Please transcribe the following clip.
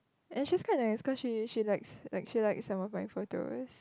and she's quite nice cause she she likes like she likes some of my photos